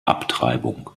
abtreibung